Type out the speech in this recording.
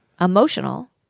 emotional